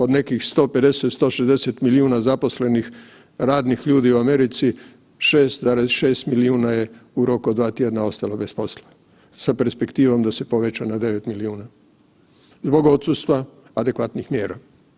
Od nekih 150-160 milijuna zaposlenih radnih ljudi u Americi, 6,6 milijuna je u roku od 2 tjedna ostalo bez posla sa perspektivom da se poveća na 9 milijuna zbog odsustva adekvatnih mjera.